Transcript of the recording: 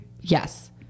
yes